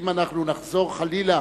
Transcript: אם נחזור חלילה